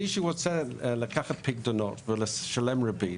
מי שרוצה לקחת פיקדונות ולשלם ריבית,